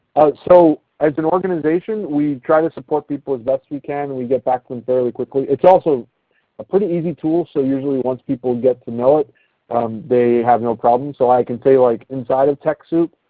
so as an organization, we try to support people as best we can. we get back to them fairly quickly. it's also a pretty easy tool so usually once people get to know it they have no problem. so i can say like inside of techsoup,